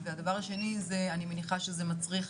דבר שני, אני מניחה שזה מצריך